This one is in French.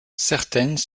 certaines